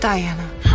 Diana